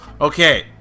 Okay